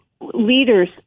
leaders